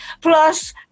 Plus